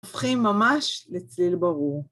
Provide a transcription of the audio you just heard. הופכים ממש לצליל ברור.